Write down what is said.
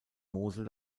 mosel